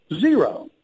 Zero